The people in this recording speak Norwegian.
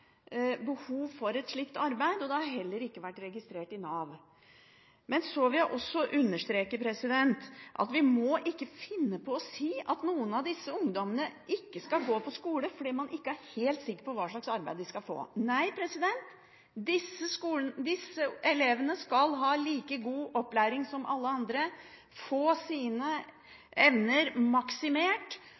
behov for et slikt arbeid, og det har heller ikke blitt registrert i Nav. Så vil jeg også understreke at vi ikke må finne på å si at noen av disse ungdommene ikke skal gå på skole fordi man ikke er helt sikker på hva slags arbeid de skal få. Nei, disse elevene skal ha like god opplæring som alle andre og få sine evner maksimert.